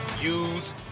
use